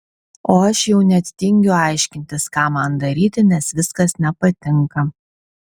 o aš jau net tingiu aiškintis ką man daryti nes viskas nepatinka